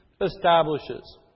establishes